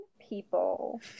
people